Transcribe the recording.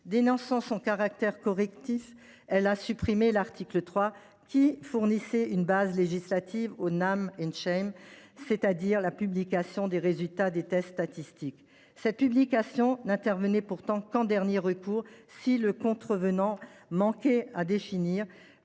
Dénonçant son caractère correctif, elle a supprimé l’article 3, qui fournissait une base législative au, à savoir la publication des résultats des tests statistiques. Cette publication n’intervenait pourtant qu’en dernier recours, si le contrevenant manquait à définir,